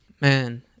Man